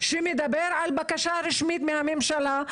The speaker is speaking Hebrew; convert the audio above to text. שמדבר על בקשה רשמית מהממשלה,